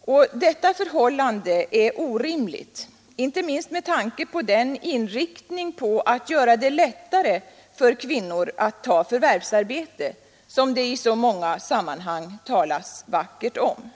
Och detta förhållande är orimligt, inte minst med tanke på den inriktning på att göra det lättare för kvinnor att ta förvärvsarbete, som det i så många sammanhang talas vackert om.